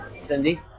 Cindy